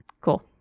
Cool